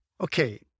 Okay